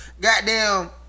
Goddamn